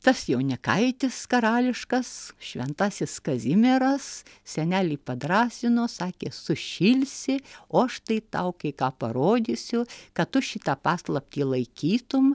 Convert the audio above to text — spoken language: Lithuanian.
tas jaunikaitis karališkas šventasis kazimieras senelį padrąsino sakė sušilsi o štai tau kai ką parodysiu kad tu šitą paslaptį laikytum